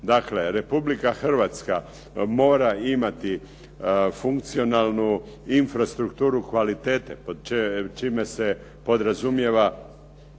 Dakle, Republika Hrvatska mora imati funkcionalnu infrastrukturu kvalitete čime se podrazumijeva